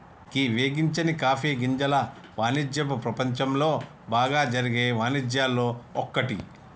గీ వేగించని కాఫీ గింజల వానిజ్యపు ప్రపంచంలో బాగా జరిగే వానిజ్యాల్లో ఒక్కటి